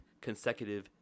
consecutive